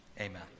amen